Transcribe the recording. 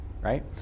right